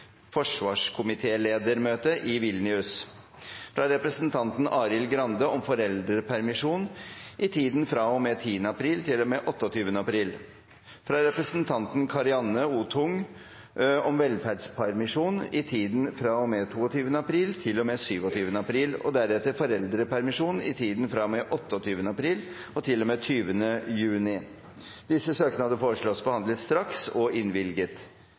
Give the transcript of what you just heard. forsvarskomitéledermøte i Vilnius fra representanten Arild Grande om foreldrepermisjon i tiden fra og med 10. april til og med 28. april fra representanten Karianne O. Tung om velferdspermisjon i tiden fra og med 22. april til og med 27. april og deretter foreldrepermisjon i tiden fra og med 28. april til og med 20. juni